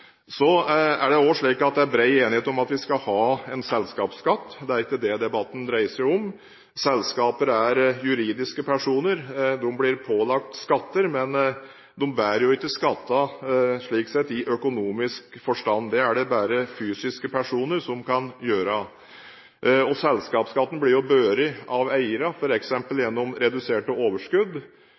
Det er også bred enighet om at vi skal ha en selskapsskatt. Det er ikke det debatten dreier seg om. Selskaper er juridiske personer. De blir pålagt skatter, men de bærer ikke skattene i økonomisk forstand. Det er det bare fysiske personer som kan gjøre. Selskapsskatten blir båret av eierne, f.eks. gjennom reduserte overskudd.